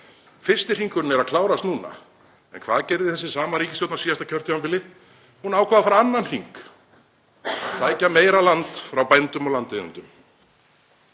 Fyrsti hringurinn er að klárast núna. En hvað gerði þessi sama ríkisstjórn á síðasta kjörtímabili? Hún ákvað að fara annan hring, sækja meira land frá bændum og landeigendum.